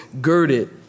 girded